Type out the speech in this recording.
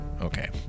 Okay